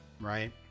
right